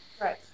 Right